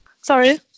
Sorry